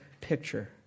Picture